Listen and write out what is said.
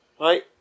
Right